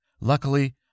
luckily